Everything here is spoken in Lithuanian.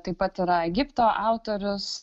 taip pat yra egipto autorius